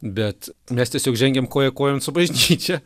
bet mes tiesiog žengiam koja kojon su bažnyčia